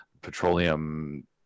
Petroleum